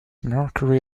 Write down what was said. mercury